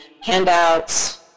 handouts